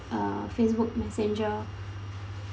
uh facebook messenger